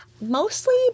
Mostly